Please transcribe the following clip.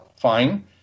Fine